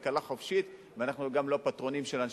אנחנו בכלכלה חופשית ואנחנו גם לא פטרונים של אנשים.